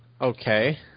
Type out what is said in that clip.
Okay